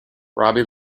robbie